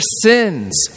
sins